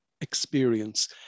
experience